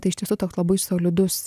tai iš tiesų labai solidus